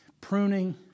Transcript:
pruning